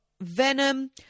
Venom